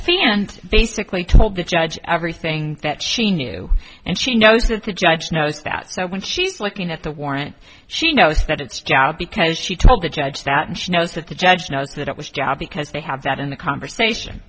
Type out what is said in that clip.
that and basically told the judge everything that she knew and she knows that the judge knows that so when she's looking at the warrant she knows that it's because she told the judge that she knows that the judge knows that it was dad because they have that in the conversation